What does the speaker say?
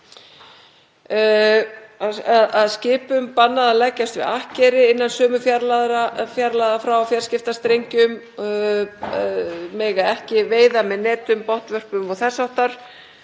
og skipum bannað að leggjast við akkeri innan sömu fjarlægðar frá fjarskiptastrengjum, mega ekki veiða með netum, botnvörpu og þess háttar.